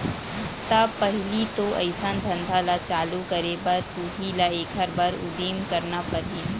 त पहिली तो अइसन धंधा ल चालू करे बर तुही ल एखर बर उदिम करना परही